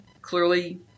clearly